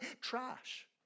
trash